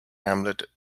hamlet